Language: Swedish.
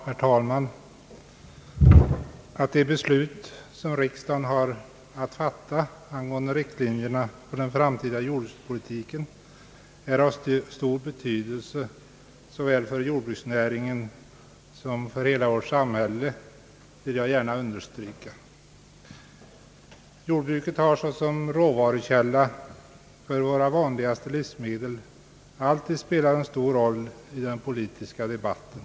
Herr talman! Jag vill gärna understryka att det beslut som riksdagen har att fatta angående riktlinjerna för den framtida jordbrukspolitiken är mycket betydelsefullt såväl för jordbruksnäring en som för hela vårt samhälle. Jordbruket har såsom råvarukälla för våra vanligaste livsmedel alltid spelat en stor roll i den politiska debatten.